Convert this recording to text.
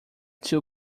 two